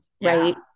right